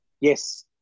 yes